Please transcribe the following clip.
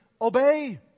obey